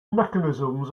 mechanisms